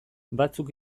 batzuk